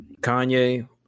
Kanye